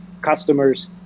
customers